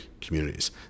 communities